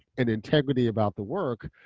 and integrity about the work,